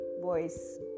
voice